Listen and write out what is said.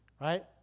right